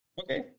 Okay